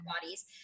bodies